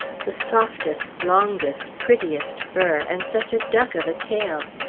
the softest, longest, prettiest fur, and such a duck of a tail!